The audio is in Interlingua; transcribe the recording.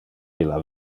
illa